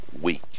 week